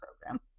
program